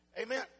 Amen